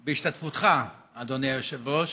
בהשתתפותך, אדוני היושב-ראש,